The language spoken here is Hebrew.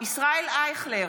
ישראל אייכלר,